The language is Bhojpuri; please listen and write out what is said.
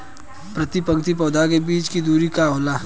प्रति पंक्ति पौधे के बीच के दुरी का होला?